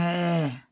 হ্যাঁ